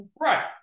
Right